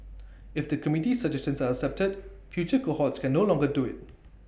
if the committee's suggestions are accepted future cohorts can no longer do IT